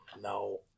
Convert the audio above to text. No